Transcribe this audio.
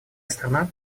страна